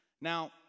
Now